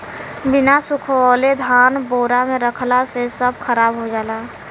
बिना सुखवले धान बोरा में रखला से सब खराब हो जाला